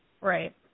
Right